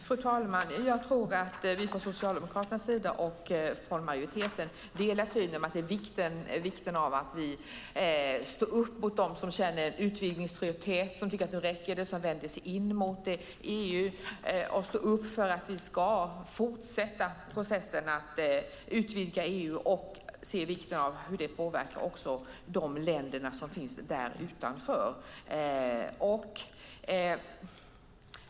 Fru talman! Jag tror att vi socialdemokrater och majoriteten delar synen att det är viktigt att vi står upp mot dem som känner utvidgningströtthet, tycker att det räcker och vänder sig in mot EU. Det är viktigt att vi står upp för att vi ska fortsätta processen med att utvidga EU och ser vikten av hur det påverkar de länder som finns utanför.